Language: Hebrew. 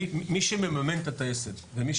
מי שמממן את הטייסת זה הכבאות.